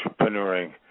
entrepreneuring